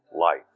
life